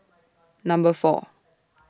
Number four